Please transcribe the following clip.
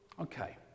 Okay